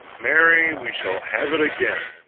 marry, we shall have it again,